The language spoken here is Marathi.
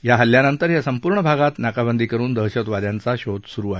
या हल्ल्यानंतर या संपूर्ण भागात नाकाबंदी करुन दहशतवाद्यांचा शोध सुरु आहे